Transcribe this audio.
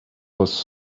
was